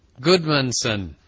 Goodmanson